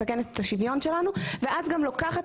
מסכנת את השוויון שלנו ואז גם לקחת